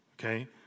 okay